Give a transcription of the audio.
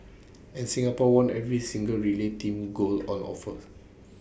and Singapore won every single relay team gold on offer